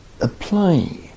apply